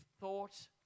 thought